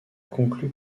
conclu